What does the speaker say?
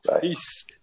Peace